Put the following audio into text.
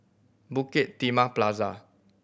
Bukit Timah Plaza